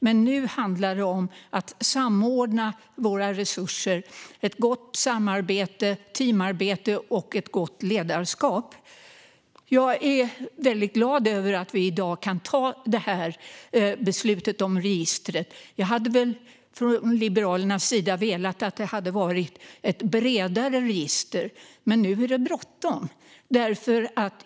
Men nu handlar det om att samordna våra resurser, om ett gott samarbete, teamarbete och ett gott ledarskap. Jag är glad över att vi nu kan fatta beslutet om registret. Liberalerna skulle vilja att det var ett bredare register. Men nu är det bråttom.